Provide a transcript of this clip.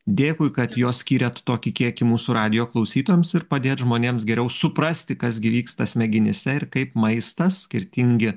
dėkui kad jo skyrėt tokį kiekį mūsų radijo klausytojams ir padėt žmonėms geriau suprasti kas gi vyksta smegenyse ir kaip maistas skirtingi